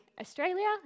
Australia